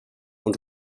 und